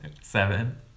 Seven